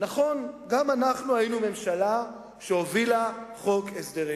גם אנחנו היינו ממשלה שהובילה חוק הסדרים.